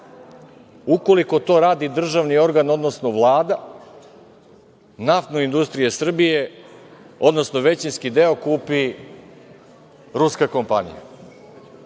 ukoliko to radi državni organ, odnosno Vlada, Naftnu industriju Srbije, odnosno većinski deo, kupi ruska kompanija,